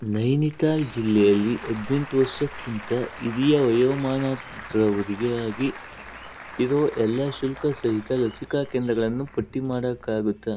ನೈನಿತಾಳ್ ಜಿಲ್ಲೆಯಲ್ಲಿ ಹದಿನೆಂಟು ವರ್ಷಕ್ಕಿಂತ ಹಿರಿಯ ವಯೋಮಾನದವರಿಗಾಗಿ ಇರೋ ಎಲ್ಲ ಶುಲ್ಕಸಹಿತ ಲಸಿಕಾ ಕೇಂದ್ರಗಳನ್ನು ಪಟ್ಟಿ ಮಾಡಕ್ಕಾಗತ್ತಾ